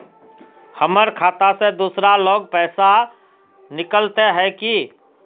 हमर खाता से दूसरा लोग पैसा निकलते है की?